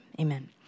amen